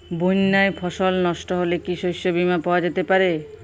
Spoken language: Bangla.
বন্যায় ফসল নস্ট হলে কি শস্য বীমা পাওয়া যেতে পারে?